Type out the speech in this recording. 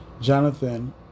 Jonathan